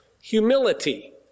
humility